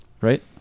right